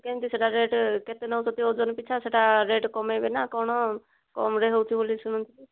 କେମିତି ସେ'ଟା ରେଟ କେତେ ନେଉଛନ୍ତି ଓଜନ ପିଛା ସେ'ଟା ରେଟ କମେଇବେ ନାଁ କଣ କମ୍ରେ ହେଉଛି ବୋଲି ଶୁଣିଛି